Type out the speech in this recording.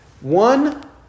One